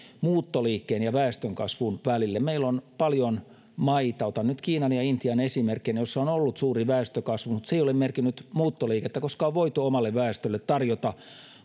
muuttoliikkeen ja väestönkasvun välille meillä on paljon maita otan nyt kiinan ja intian esimerkkeinä joissa on ollut suuri väestönkasvu mutta se ei ole merkinnyt muuttoliikettä koska on voitu omalle väestölle tarjota